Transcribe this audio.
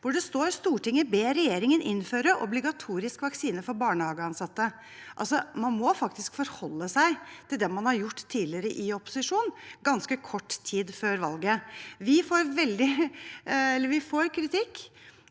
hvor det står: «Stortinget ber regjeringen innføre obligatorisk vaksine for barnehageansatte.» Altså, man må faktisk forholde seg til det man har gjort tidligere, i opposisjon, ganske kort tid før valget. Vi får kritikk